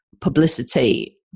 publicity